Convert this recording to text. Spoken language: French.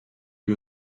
lui